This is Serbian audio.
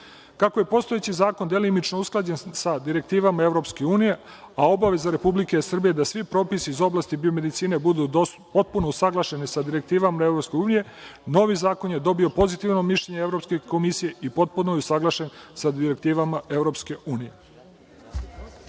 je postojeći zakon delimično usklađen sa direktivama EU, a obaveza Republike Srbije je da svi propisi iz oblasti biomedicine budu potpuno usaglašeni sa direktivama EU, novi zakon je dobio pozitivno mišljenje Evropske komisije i potpuno je usaglašen sa direktivama